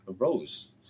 arose